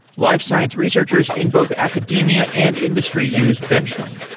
life science researchers in both academia and industry use benchling,